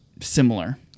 similar